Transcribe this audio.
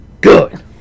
good